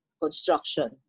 construction